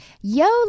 Yo